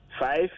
five